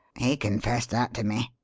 he confessed that to me.